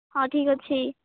ହଁ ଠିକ୍ ଅଛି